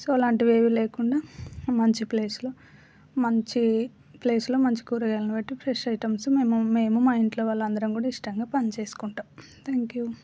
so అలాంటివి ఏవీ లేకుండా మంచి ప్లేస్లో మంచి ప్లేస్లో మంచి కూరగాయలను బట్టి ఫ్రెష్ ఐటమ్స్ మేము మా ఇంట్లో వాళ్ళు అందరం కూడా ఇష్టంగా పని చేసుకుంటాం థ్యాంక్ యూ